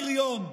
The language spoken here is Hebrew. הבריון.